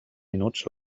minuts